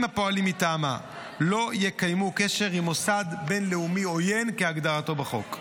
הפועלים מטעמה לא יקיימו קשר עם מוסד בין-לאומי עוין כהגדרתו בחוק,